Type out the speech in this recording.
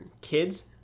kids